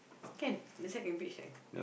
can the side can beach right